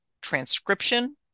transcription